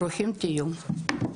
ברוכים תהיו.